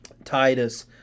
Titus